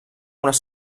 unes